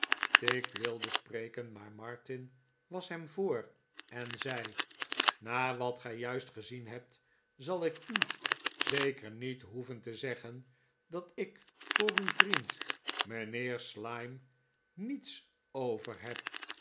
tigg wilde spreken maar martin was hem voor en zei na wat gij juist gezien hebt zal ik u zeker niet hoeven te zeggen dat ik voor uw vriend mijnheer si yme niets overheb en